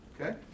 Okay